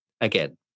again